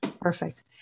Perfect